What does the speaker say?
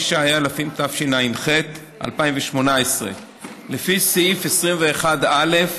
69), התשע"ח 2018. לפי סעיף 21(א)